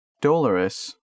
dolorous